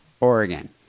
Oregon